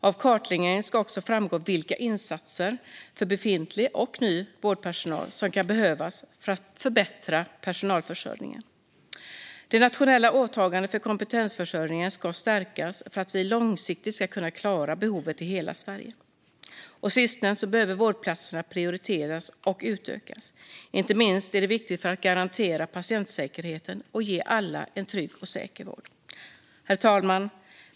Av kartläggningen ska också framgå vilka insatser för befintlig och ny vårdpersonal som kan behövas för att förbättra personalförsörjningen. Det nationella åtagandet för kompetensförsörjningen ska stärkas för att vi långsiktigt ska kunna klara behovet i hela Sverige. Slutligen behöver vårdplatserna prioriteras och utökas. Inte minst är detta viktigt för att garantera patientsäkerheten och ge alla en trygg och säker vård. Herr talman!